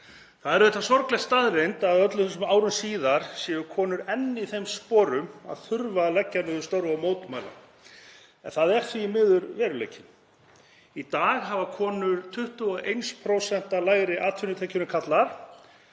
Það er auðvitað sorgleg staðreynd að öllum þessum árum síðar séu konur enn í þeim sporum að þurfa að leggja niður störf og mótmæla en það er því miður veruleikinn. Í dag hafa konur 21% lægri atvinnutekjur en karlar.